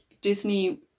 disney